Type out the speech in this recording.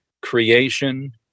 creation